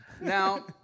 Now